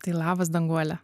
tai labas danguole